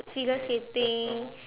figure skating